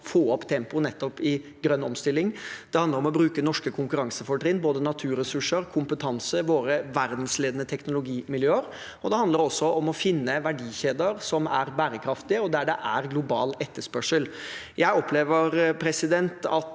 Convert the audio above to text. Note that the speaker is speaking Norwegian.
i nettopp den grønne omstillingen. Det handler om å bruke norske konkurransefortrinn, både naturressurser, kompetanse og våre verdensledende teknologimiljøer. Det handler også om å finne verdikjeder som er bærekraftige, og der det er global etterspørsel. Jeg opplever at